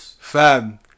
fam